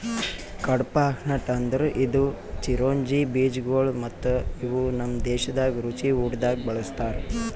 ಕಡ್ಪಾಹ್ನಟ್ ಅಂದುರ್ ಇದು ಚಿರೊಂಜಿ ಬೀಜಗೊಳ್ ಮತ್ತ ಇವು ನಮ್ ದೇಶದಾಗ್ ರುಚಿ ಊಟ್ದಾಗ್ ಬಳ್ಸತಾರ್